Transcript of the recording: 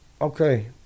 okay